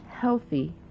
healthy